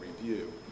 review